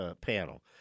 panel